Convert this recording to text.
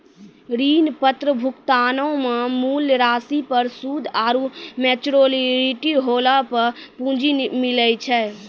ऋण पत्र भुगतानो मे मूल राशि पर सूद आरु मेच्योरिटी होला पे पूंजी मिलै छै